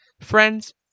friends